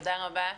תודה רבה.